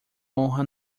honra